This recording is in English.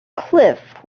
cliff